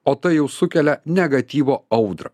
o tai jau sukelia negatyvo audrą